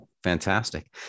fantastic